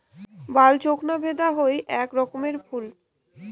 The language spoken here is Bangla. বালচোক না ভেদা হই আক রকমের ফুল